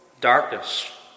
darkness